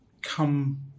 come